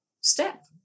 step